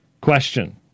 question